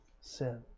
sin